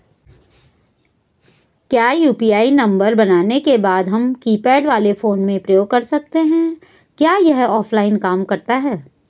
क्या UPI number बनाने के बाद हम कीपैड वाले फोन में प्रयोग कर सकते हैं क्या यह ऑफ़लाइन भी काम करता है?